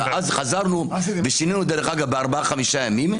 ואז חזרנו ושינינו דרך אגב בארבעה-חמישה ימים.